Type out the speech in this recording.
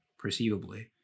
perceivably